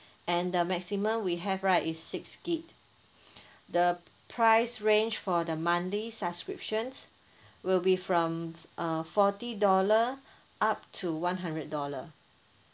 and the maximum we have right is six gig the price range for the monthly subscriptions will be from uh forty dollar up to one hundred dollar